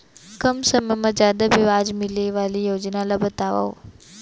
कम समय मा जादा ब्याज मिले वाले योजना ला बतावव